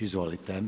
Izvolite.